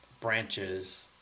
branches